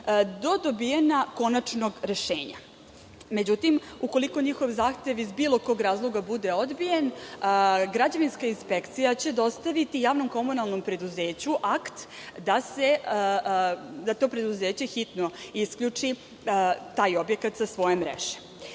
do dobijanja konačnog rešenja. Međutim, ukoliko njihov zahtev iz bilo kog razloga bude odbijen, građevinska inspekcija će dostaviti javnom komunalnom preduzeću akt da to preduzeće hitno isključi taj objekat sa svoje